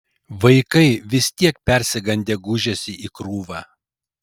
vaikai vis tiek persigandę gūžėsi į krūvą